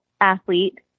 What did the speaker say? athlete